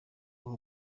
aho